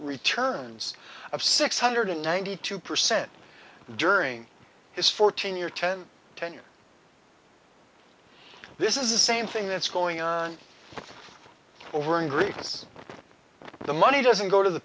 returns of six hundred ninety two percent during his fourteen year ten ten years this is the same thing that's going on over in grievance the money doesn't go to the